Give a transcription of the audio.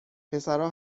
پسرا